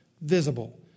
visible